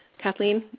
kathleen,